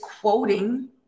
quoting